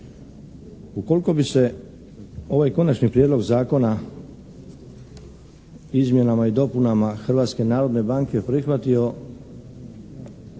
Ukoliko bi se ovaj Konačni prijedlog Zakona izmjenama i dopunama Hrvatske narodne banke prihvatio